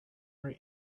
her